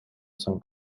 san